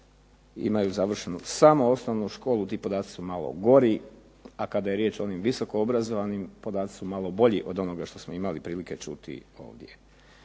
imaju završenu samo osnovnu školu ti podaci su malo gori, a kada je riječ o onim visoko obrazovanim podaci su malo bolji od onoga što smo imali prilike čuti ovdje.